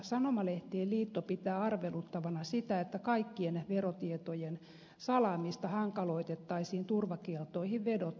sanomalehtien liitto pitää arveluttavana sitä että kaikkien verotietojen salaamista hankaloitettaisiin turvakieltoihin vedoten